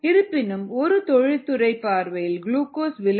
இருப்பினும் ஒரு தொழிற் துறை பார்வையில் குளுக்கோஸ் விலை உயர்ந்தது